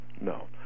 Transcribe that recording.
No